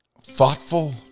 thoughtful